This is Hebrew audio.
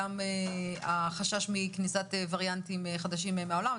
יש חשש גם מכניסת וריאנטים חדשים מהעולם.